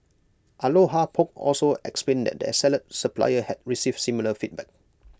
aloha poke also explained that their salad supplier had received similar feedback